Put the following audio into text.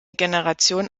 generation